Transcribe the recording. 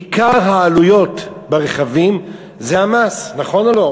עיקר העלויות ברכב זה המס, נכון או לא?